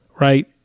right